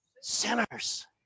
sinners